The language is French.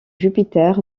jupiter